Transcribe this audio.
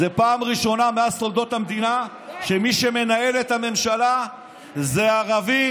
זאת פעם ראשונה בתולדות המדינה שמי שמנהל את הממשלה זה ערבי